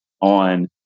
on